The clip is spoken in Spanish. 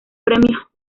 premios